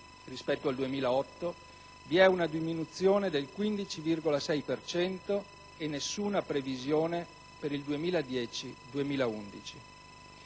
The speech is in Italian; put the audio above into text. rispetto al 2008, vi è una diminuzione del 15,6 per cento e nessuna previsione per gli anni 2010-2011.